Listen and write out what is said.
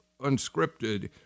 unscripted